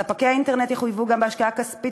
ספקי האינטרנט יחויבו גם בהשקעה כספית